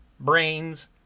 brains